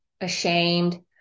ashamed